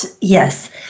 Yes